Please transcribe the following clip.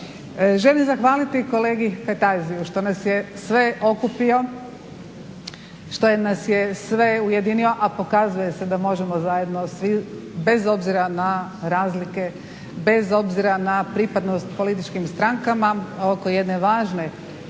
Želim zahvaliti kolegi Kajtaziju što nas je sve okupio, što nas je sve ujedinio, a pokazuje se da možemo zajedno svi bez obzira na razlike, bez obzira na pripadnost političkim strankama oko jedne važne